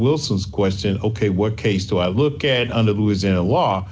wilson's question ok what case do i look at under who is in the law